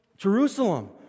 Jerusalem